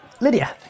Lydia